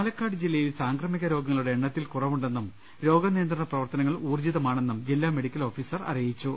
പാലക്കാട് ജില്ലയിൽ സാംക്രമിക രോഗങ്ങളുടെ എണ്ണത്തിൽ കുറവുണ്ടെന്നും രോഗ നിയന്ത്രണ പ്രവർത്തനങ്ങൾ ഊർജ്ജിതമാണെന്നും ജില്ലാ മെഡിക്കൽ ഓഫീസർ അറിയിച്ചു